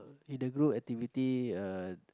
in the group activity uh